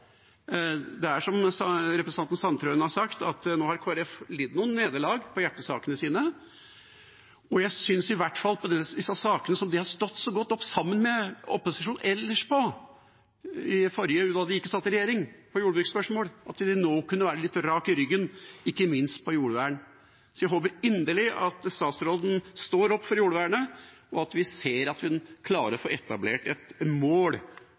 Det er som representanten Sandtrøen har sagt: Nå har Kristelig Folkeparti lidd noen nederlag i hjertesakene sine. Jeg synes i hvert fall de i jordbruksspørsmål, som de ellers har stått så godt sammen med opposisjonen om når de ikke satt i regjering, nå kunne være litt rake i ryggen, ikke minst når det gjelder jordvern. Jeg håper inderlig at statsråden står opp for jordvernet, og at vi ser at hun klarer å få etablert et mål